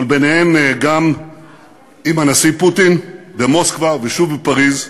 אבל ביניהם גם עם הנשיא פוטין במוסקבה ושוב בפריז,